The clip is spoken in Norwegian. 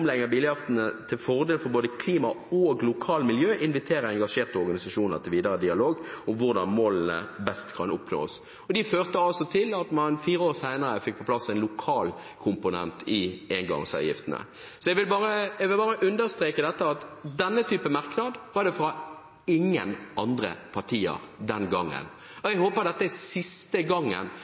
hvordan målene best kan oppnås.» Det førte altså til at man fire år senere fikk på plass en lokal komponent i engangsavgiftene. Jeg vil bare understreke at denne typen merknad ikke kom fra noen andre partier den gangen. Jeg håper dette er siste